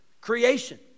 creation